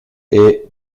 est